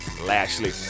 Lashley